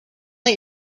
let